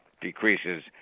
decreases